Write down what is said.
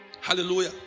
hallelujah